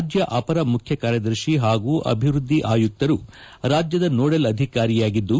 ರಾಜ್ಯ ಅಪರ ಮುಖ್ಯ ಕಾರ್ಯದರ್ಶಿ ಹಾಗೂ ಅಭಿವೃದ್ದಿ ಆಯುಕ್ತರು ರಾಜ್ಯದ ನೋಡೆಲ್ ಅಧಿಕಾರಿಯಾಗಿದ್ದು